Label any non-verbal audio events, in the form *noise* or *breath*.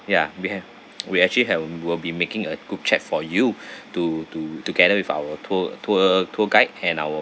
ya we have *noise* we actually have will be making a group chat for you *breath* to to together with our tour tour tour guide and our